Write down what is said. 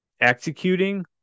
executing